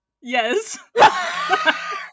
Yes